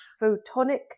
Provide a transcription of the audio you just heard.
photonic